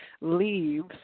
leaves